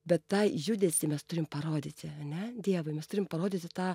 bet tą judesį mes turim parodyti ane dievui mes turim parodyti tą